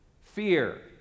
fear